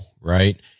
Right